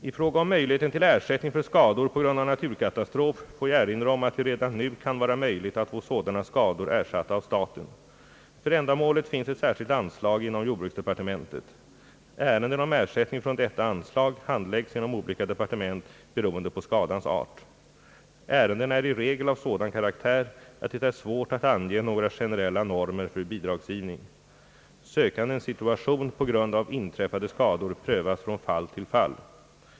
I fråga om möjligheten till ersättning för skador på grund av naturkatastrof får jag erinra om att det redan nu kan vara möjligt att få sådana skador ersatta av staten. För ändamålet finns ett särskilt anslag inom jordbruksdepartementet. Ärenden om ersättning från detta anslag handläggs inom olika departement beroende på skadans art. Ärendena är i regel av sådan karaktär att det är svårt att ange några generella normer för bidragsgivning. Sökandens situation på grund av inträffade skador prövas från fall till fall.